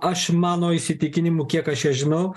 aš mano įsitikinimu kiek aš ją žinau